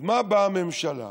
אז מה באה הממשלה,